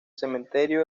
cementerio